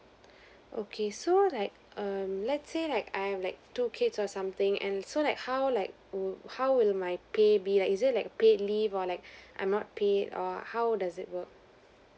okay so like um let's say like I've like two kids or something and so like how like how will my pay be like is it like paid leave or like I'm not paid or how does it work